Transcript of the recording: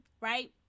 right